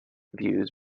views